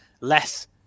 less